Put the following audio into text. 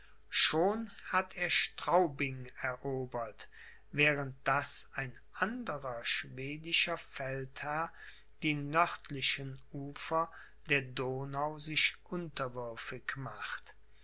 schon hat er straubing erobert während daß ein anderer schwedischer feldherr die nördlichen ufer der donau sich unterwürfig macht